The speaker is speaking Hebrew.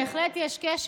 בהחלט יש קשר.